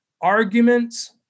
arguments